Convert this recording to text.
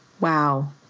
Wow